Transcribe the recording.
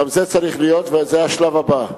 גם זה צריך להיות, וזה השלב הבא,